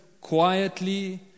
quietly